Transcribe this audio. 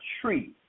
tree